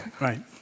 Right